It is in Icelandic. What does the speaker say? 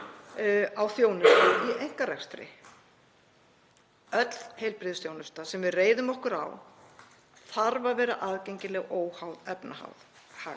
á þjónustu í einkarekstri. Öll heilbrigðisþjónusta sem við reiðum okkur á þarf að vera aðgengileg óháð efnahag